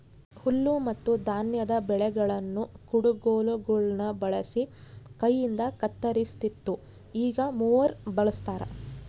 ಹುಲ್ಲುಮತ್ತುಧಾನ್ಯದ ಬೆಳೆಗಳನ್ನು ಕುಡಗೋಲುಗುಳ್ನ ಬಳಸಿ ಕೈಯಿಂದಕತ್ತರಿಸ್ತಿತ್ತು ಈಗ ಮೂವರ್ ಬಳಸ್ತಾರ